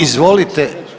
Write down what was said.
Izvolite.